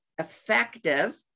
effective